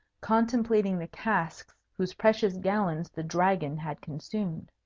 contemplating the casks whose precious gallons the dragon had consumed.